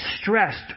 stressed